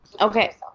Okay